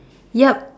yup